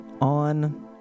on